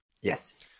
Yes